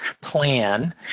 plan